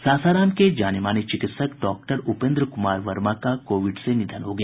सासाराम के जाने माने चिकित्सक डॉक्टर उपेन्द्र कुमार वर्मा का कोविड से निधन से हो गया